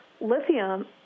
lithium